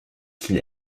qu’il